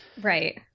Right